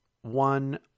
one